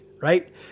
right